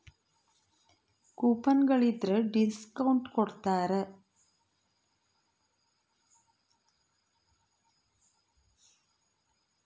coupon ಗಳಿದ್ರ discount ಕೊಡ್ತಾರ